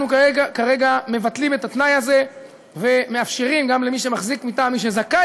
אנחנו כרגע מבטלים את התנאי הזה ומאפשרים גם למי שמחזיק מטעם מי שזכאי